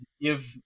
give